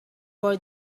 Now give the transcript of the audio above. were